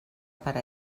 per